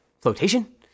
flotation